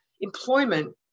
employment